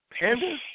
panda